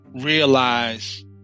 realize